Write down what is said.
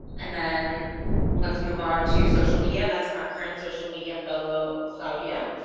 and then let's move on to social media that's our current social media fellow claudia